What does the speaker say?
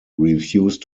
refused